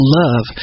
love